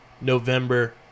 November